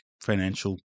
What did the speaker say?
financial